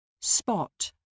Spot